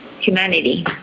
Humanity